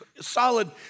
solid